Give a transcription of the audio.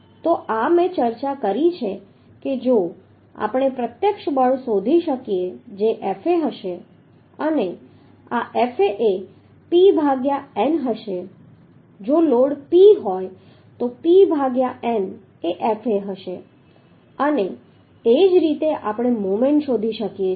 તો આ મેં ચર્ચા કરી છે કે જો આપણે પ્રત્યક્ષ બળ શોધી શકીએ કે જે Fa હશે અને આ Fa એ P ભાગ્યા n હશે જો P લોડ હોય તો P ભાગ્યા n એ Fa હશે અને એ જ રીતે આપણે મોમેન્ટ શોધી શકીએ છીએ